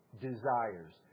desires